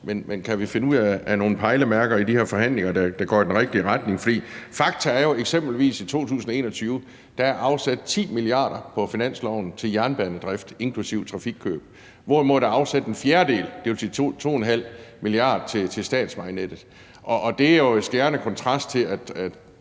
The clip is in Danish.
men kan vi finde ud af nogle pejlemærker i de her forhandlinger, der går i den rigtige retning? For fakta er jo eksempelvis i 2021, at der er afsat 10 mia. kr. på finansloven til jernbanedrift inklusive trafikkøb, hvorimod der er afsat en fjerdedel, dvs. 2,5 mia. kr., til statsvejnettet, og det er jo i skærende kontrast til, at